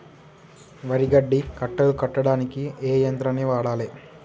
వరి గడ్డి కట్టలు కట్టడానికి ఏ యంత్రాన్ని వాడాలే?